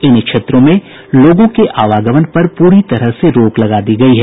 इन क्षेत्रों में लोगों के आवागमन पर पूरी तरह रोक लगा दी गयी है